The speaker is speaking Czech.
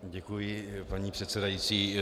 Děkuji, paní předsedající.